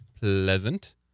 pleasant